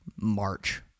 March